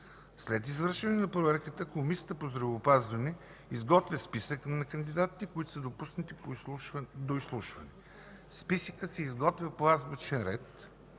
След извършване на проверката, Комисията по здравеопазването изготвя списък на кандидатите, които са допуснати до изслушване. Списъкът се изготвя по азбучен ред